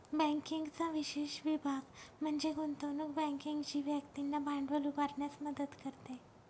बँकिंगचा विशेष विभाग म्हणजे गुंतवणूक बँकिंग जी व्यक्तींना भांडवल उभारण्यास मदत करते